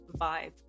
vibe